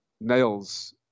nails